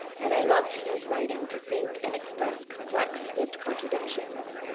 and i love to use writing to think and express complex lived contradictions,